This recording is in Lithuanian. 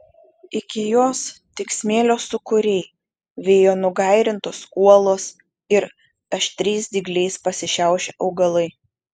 iki jos tik smėlio sūkuriai vėjo nugairintos uolos ir aštriais dygliais pasišiaušę augalai